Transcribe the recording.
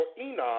Enoch